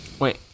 Wait